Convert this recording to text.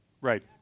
Right